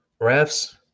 Refs